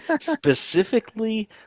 specifically